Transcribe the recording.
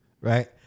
right